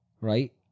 right